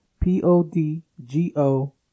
P-O-D-G-O